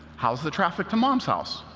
how's the traffic to mom's house?